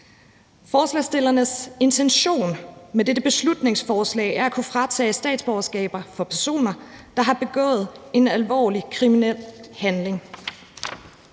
Forslagsstillernes intention med dette beslutningsforslag er at kunne fratage statsborgerskabet fra personer, der har begået en alvorlig kriminel handling.